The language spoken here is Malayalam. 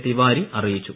തിവാരി അറിയിച്ചു